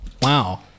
wow